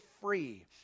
free